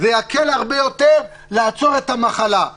זה יקל לעצור את המחלה הרבה יותר.